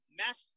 mass